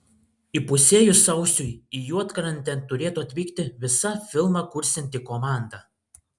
įpusėjus sausiui į juodkrantę turėtų atvykti visa filmą kursianti komanda